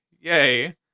yay